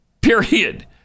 period